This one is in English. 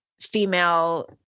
female